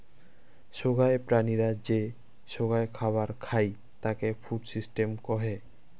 সোগায় প্রাণীরা যে সোগায় খাবার খাই তাকে ফুড সিস্টেম কহে